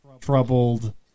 troubled